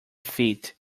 feet